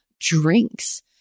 drinks